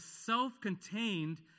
self-contained